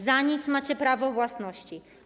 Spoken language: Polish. Za nic macie prawo własności.